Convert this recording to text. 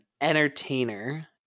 entertainer